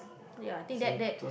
ya I think that that